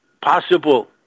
possible